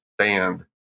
stand